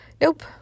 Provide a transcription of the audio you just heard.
nope